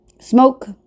smoke